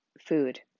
food